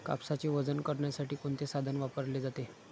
कापसाचे वजन करण्यासाठी कोणते साधन वापरले जाते?